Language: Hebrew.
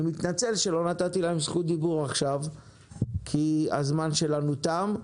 אני מתנצל שלא נתתי להם זכות דיבור עכשיו כי הזמן שלנו תם,